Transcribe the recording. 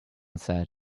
said